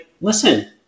Listen